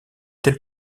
tel